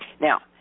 Now